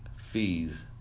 fees